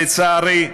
לצערי,